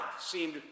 seemed